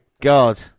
god